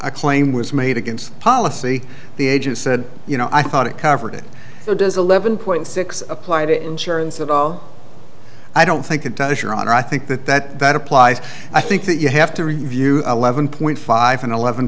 claim was made against policy the agent said you know i thought it covered it so does eleven point six apply to insurance at all i don't think it does your honor i think that that applies i think that you have to review eleven point five and eleven